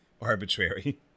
arbitrary